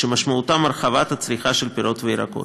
שמשמעותה הרחבת הצריכה של פירות וירקות.